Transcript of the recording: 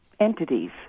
entities